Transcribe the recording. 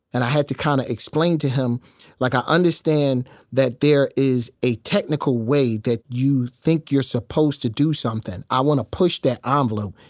and i had to kind of explain to him like, i understand that there is a technical way that you think you're supposed to do something. i want to push that ah envelope.